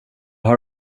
har